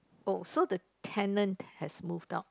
oh so the tenant has move out